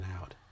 out